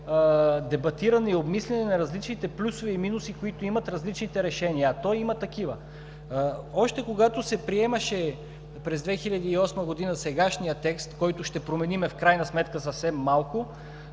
дебатиране и обмисляне на различните плюсове и минуси, които имат различните решения, а той има такива. Още когато се приемаше през 2008 г. сегашният текст, който ще променим в крайна сметка съвсем малко,